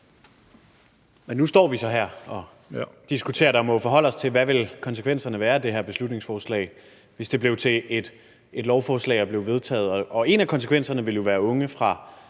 Nu står vi så her og diskuterer det og må forholde os til, hvad konsekvenserne ville være af det her beslutningsforslag, hvis det blev vedtaget og blev til et lovforslag. En af konsekvenserne ville jo være, at unge fra